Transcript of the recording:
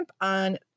on